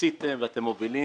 עשיתם ואתם מובילים